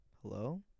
Hello